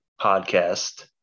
podcast